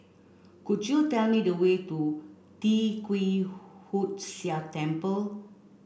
could you tell me the way to Tee Kwee Hood Sia Temple